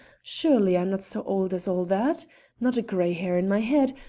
surely i'm not so old as all that not a grey hair in my head,